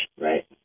Right